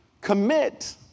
commit